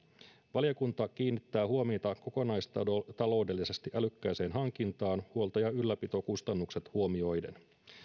valiokunta kiinnittää huomiota kokonaistaloudellisesti älykkääseen hankintaan huolto ja ylläpitokustannukset huomioiden